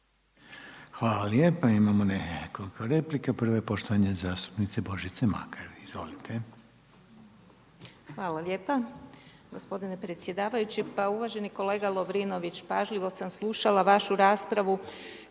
Hvala lijepa. Imamo nekoliko replika. Prva je poštovane zastupnice Božice Makar. **Makar, Božica (HNS)** Hvala lijepa gospodine predsjedavajući. Pa uvaženi kolega Lovrinović, pažljivo sam slušala vašu raspravu